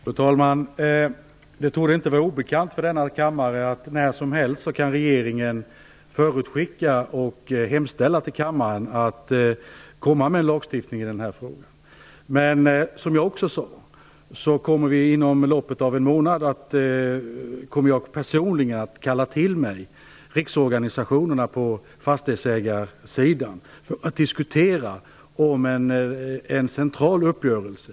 Fru talman! Det torde inte vara obekant för denna kammare att regeringen när som helst kan förutskicka och komma med en lagstiftning i denna fråga till kammaren. Som jag också sade kommer jag personligen inom loppet av en månad att kalla till mig riksorganisationerna på fastighetsägarsidan för att diskutera en central uppgörelse.